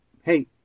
Hey